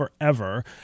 forever